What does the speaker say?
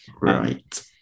right